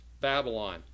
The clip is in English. Babylon